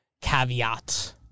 Caveat